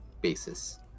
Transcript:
basis